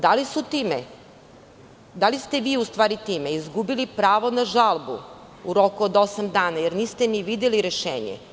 Da li ste vi time izgubili pravo na žalbu u roku od osam dana, jer niste ni videli rešenje?